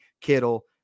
Kittle